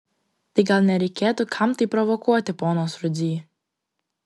tai gal nereikėtų kam tai provokuoti ponas rudzy